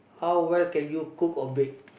how well can you cook or bake